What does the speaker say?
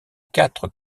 quatre